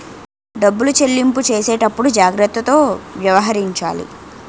డబ్బులు చెల్లింపు చేసేటప్పుడు జాగ్రత్తతో వ్యవహరించాలి